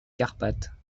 carpates